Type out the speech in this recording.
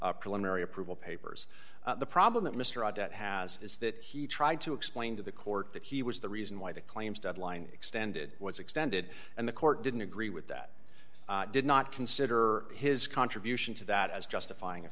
approval papers the problem that mr audit has is that he tried to explain to the court that he was the reason why the claims deadline extended was extended and the court didn't agree with that did not consider his contribution to that as justifying a